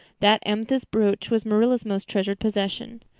that amethyst brooch was marilla's most treasured possession.